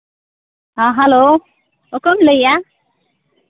ᱦᱮᱸ ᱦᱮᱞᱳ ᱚᱠᱚᱭᱮᱢ ᱞᱟᱹᱭᱮᱜᱼᱟ